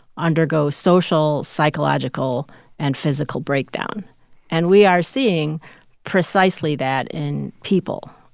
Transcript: undergo social, psychological and physical breakdown and we are seeing precisely that in people.